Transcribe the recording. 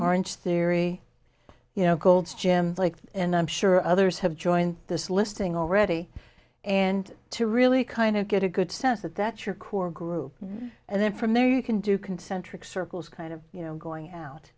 orange theory you know gold's gym like and i'm sure others have joined this listing already and to really kind of get a good sense that that's your core group and then from there you can do concentric circles kind of you know going out